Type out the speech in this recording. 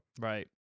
right